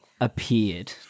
appeared